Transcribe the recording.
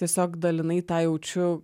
tiesiog dalinai tą jaučiu